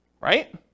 right